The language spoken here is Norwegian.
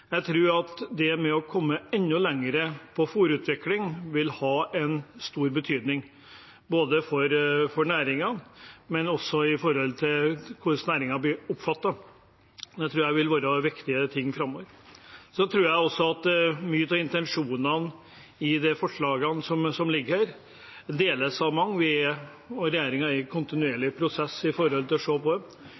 Jeg er enig i det representanten Knag Fylkesnes sa på talerstolen. Jeg tror at det å komme enda lenger med fôrutvikling vil ha stor betydning, både for næringen og for hvordan næringen blir oppfattet. Det tror jeg vil være viktig framover. Jeg tror også at mye av intensjonen i forslagene som foreligger, deles av mange. Vi, regjeringen, er i en kontinuerlig prosess når det gjelder å se på det.